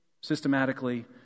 systematically